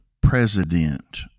president